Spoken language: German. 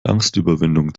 angstüberwindung